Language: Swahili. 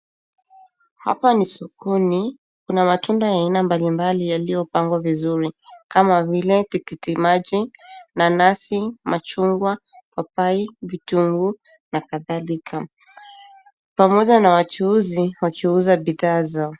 Hapa ni sokoni. Kuna matunda ya aina mbalimbali yaliyopangwa vizuri kama vile, tikiti maji, nanasi, machungwa, papai, vitunguu na kadhalika pamoja na wachuuzi wakiuza bidhaa zao.